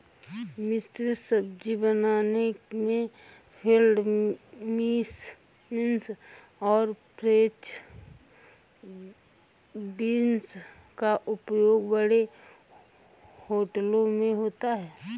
मिश्रित सब्जी बनाने में फील्ड बींस और फ्रेंच बींस का उपयोग बड़े होटलों में होता है